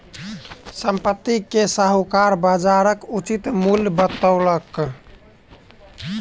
संपत्ति के साहूकार बजारक उचित मूल्य बतौलक